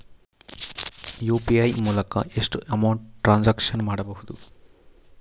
UPI ಮೂಲಕ ಎಷ್ಟು amount transaction ಮಾಡಬಹುದು?